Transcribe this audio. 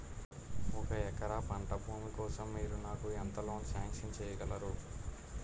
ఒక ఎకరం పంట భూమి కోసం మీరు నాకు ఎంత లోన్ సాంక్షన్ చేయగలరు?